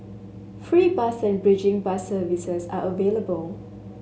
free bus and bridging bus services are available